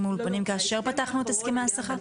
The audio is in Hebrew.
באולפנים כאשר פתחנו את הסכמי השכר?